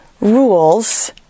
rules